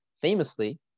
Famously